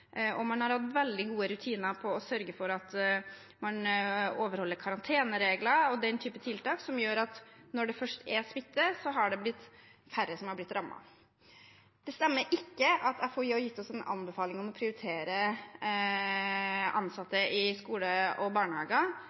og man har hatt veldig gode rutiner for å sørge for at man har overholdt karanteneregler og den typen tiltak, noe som har gjort at når det først har vært smitte, har færre blitt rammet. Det stemmer ikke at FHI har gitt oss en anbefaling om å prioritere ansatte i skoler og barnehager.